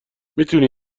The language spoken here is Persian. میتونی